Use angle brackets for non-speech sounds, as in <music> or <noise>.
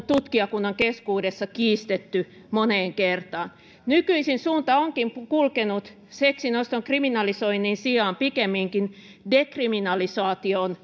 <unintelligible> tutkijakunnan keskuudessa kiistetty moneen kertaan nykyisin suunta onkin kulkenut seksin oston kriminalisoinnin sijaan pikemminkin dekriminalisaation <unintelligible>